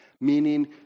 meaning